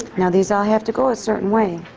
now, these all have to go a certain way.